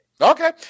Okay